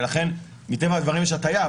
ולכן מטבע הדברים יש הטיה,